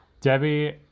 Debbie